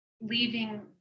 leaving